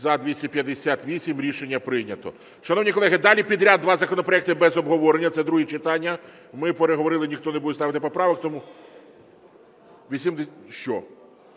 За-258 Рішення прийнято. Шановні колеги, далі підряд два законопроекти без обговорення, це друге читання. Ми переговорили, ніхто не буде ставити поправок,